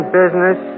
business